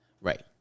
Right